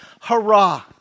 hurrah